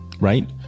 right